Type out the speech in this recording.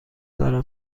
دارم